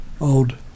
old